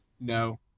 No